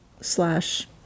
slash